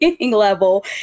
level